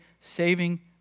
saving